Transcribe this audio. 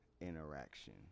interaction